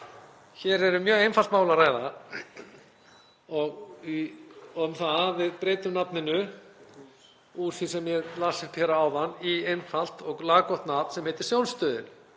Hér er um mjög einfalt mál að ræða, að við breytum nafninu úr því sem ég las upp hér áðan í einfalt og laggott nafn sem er Sjónstöðin,